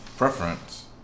preference